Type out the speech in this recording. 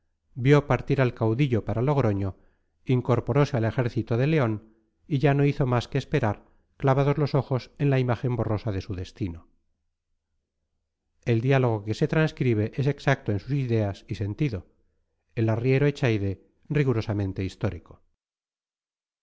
vio partir al caudillo para logroño incorporose al ejército de león y ya no hizo más que esperar clavados los ojos en la imagen borrosa de su destino el diálogo que se transcribe es exacto en sus ideas y sentido el arriero echaide rigurosamente histórico